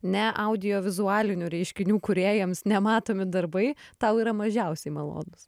ne audiovizualinių reiškinių kūrėjams nematomi darbai tau yra mažiausiai malonūs